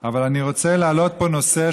אבל אני רוצה להעלות פה נושא.